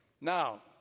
now